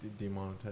Demonetize